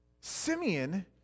Simeon